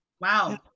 Wow